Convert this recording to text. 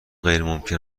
غیرممکن